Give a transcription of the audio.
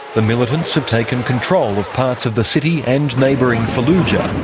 the militants have taken control of parts of the city and neighbouring fallujah,